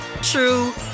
true